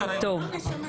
מטי.